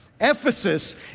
Ephesus